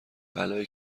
بلایی